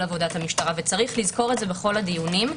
עבודת המשטרה ויש לזכור זאת בכל הדיונים.